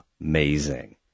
amazing